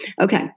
Okay